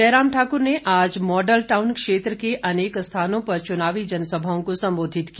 जयराम ठाक्र ने आज Model Town क्षेत्र के अनेक स्थानों पर चुनावी जनसभाओं को सम्बोधित किया